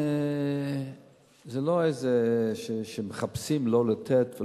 זה לא שמחפשים לא לתת.